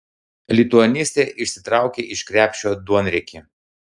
lituanistė išsitraukė iš krepšio duonriekį